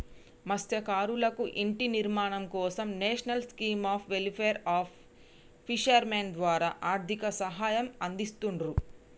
మత్స్యకారులకు ఇంటి నిర్మాణం కోసం national scheme of welfare of fishermen ద్వారా ఆర్థిక సహాయం అందిస్తున్రు